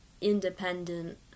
Independent